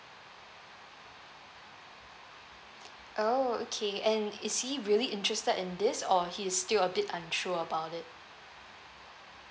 oh okay and is he really interested in this or he is still a bit unsure about it